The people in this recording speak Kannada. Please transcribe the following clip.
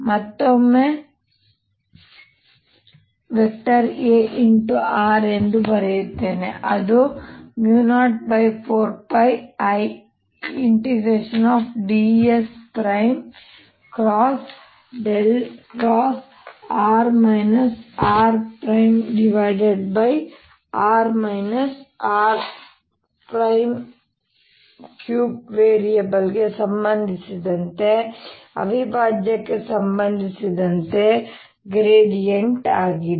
ಮತ್ತೊಮ್ಮೆ Ar ಬರೆಯುತ್ತೇನೆ ಅದು 04πIds×r rr r3 ವೇರಿಯೇಬಲ್ಗೆ ಸಂಬಂಧಿಸಿದಂತೆ ಅವಿಭಾಜ್ಯಕ್ಕೆ ಸಂಬಂಧಿಸಿದಂತೆ ಗ್ರೇಡಿಯಂಟ್ ಆಗಿದೆ